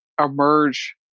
emerge